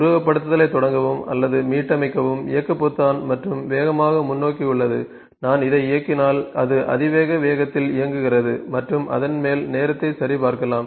உருவகப்படுத்துதலைத் தொடங்கவும் அல்லது மீட்டமைக்கவும் இயக்கு பொத்தான் மற்றும் வேகமாக முன்னோக்கி உள்ளது நான் இதை இயக்கினால் அது அதிவேக வேகத்தில் இயங்குகிறது மற்றும் அதன் மேல் நேரத்தை சரிபார்க்கலாம்